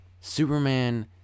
Superman